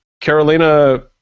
Carolina